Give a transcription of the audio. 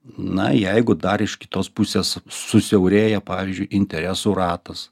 na jeigu dar iš kitos pusės susiaurėja pavyzdžiui interesų ratas